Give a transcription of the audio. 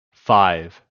five